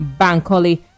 bankoli